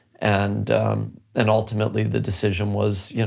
and and ultimately, the decision was